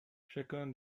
chacun